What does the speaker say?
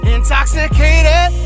Intoxicated